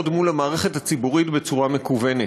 מול המערכת הציבורית בצורה מקוונת.